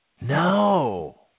No